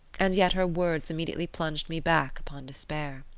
and yet her words immediately plunged me back upon despair.